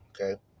okay